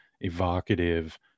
evocative